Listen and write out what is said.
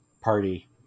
party